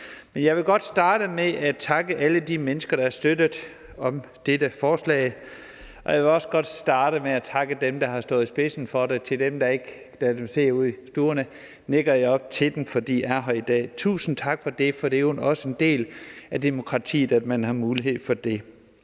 jeg vil godt starte med at takke alle de mennesker, der har støttet op om dette forslag. Jeg vil godt starte med at takke dem, der har stået i spidsen for det, og dem, der sidder ude i stuerne, nikker jeg op til, for de er her i dag. Tusind tak for det, for det er jo også en del af demokratiet, at man har mulighed for det,